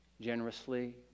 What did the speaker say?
generously